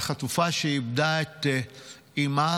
על חטופה שאיבדה את אימה.